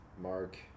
Mark